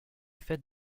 fait